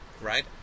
Right